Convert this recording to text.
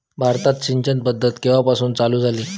भारतात सिंचन पद्धत केवापासून चालू झाली?